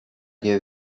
que